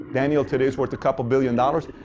daniel today is worth a couple billion dollars.